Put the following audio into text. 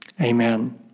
Amen